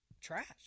trash